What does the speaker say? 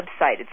website